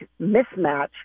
mismatch